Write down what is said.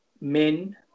men